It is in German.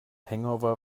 hangover